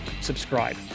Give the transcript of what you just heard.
subscribe